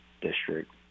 district